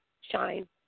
shine